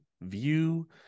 view